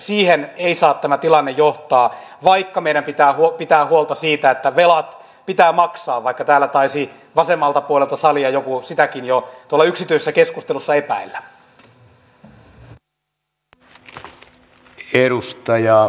siihen ei saa tämä tilanne johtaa vaikka meidän pitää pitää huolta siitä että velat pitää maksaa vaikka täällä taisi vasemmalta puolelta salia joku sitäkin jo tuolla yksityisessä keskustelussa epäillä